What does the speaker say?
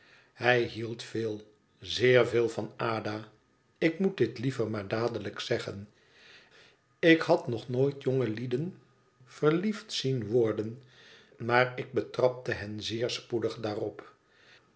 hij hield veel zeer veel van ada ik moet dit liever maar dadelijk zeggen ik had nog nooit jongelieden verliefd zien worden maar ik betrapte hen zeer spoedig daarop